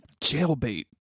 jailbait